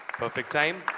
perfect time.